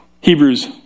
Hebrews